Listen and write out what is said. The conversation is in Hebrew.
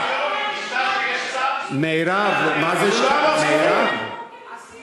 יש צו איסור יציאה מהארץ, מירב, מירב, אסירת ציון.